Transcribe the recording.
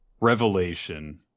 revelation